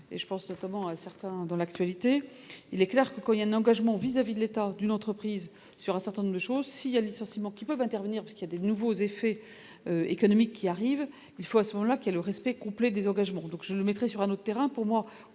je pense notamment à certains dans l'actualité, il est clair que quand il y a un engagement vis-à-vis de l'état d'une entreprise sur un certain nombre de choses, s'il y a licenciements qui peuvent intervenir, ce qui a des nouveaux effets économiques qui arrive, il faut à ce moment-là qu'est le respect complet des engagements donc je le mettrais sur un autre terrain,